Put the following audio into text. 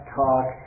talk